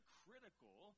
critical